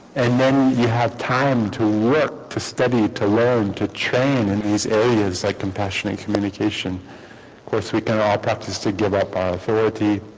and then you have time to work to study to learn to train in these areas that like compassion and communication course we can all practice to give up our faulty